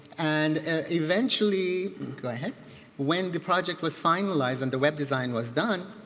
and eventually go ahead when the project was finalized and the web design was done,